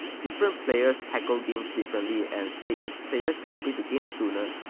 different players tackle games differently and say if players complete the game sooner,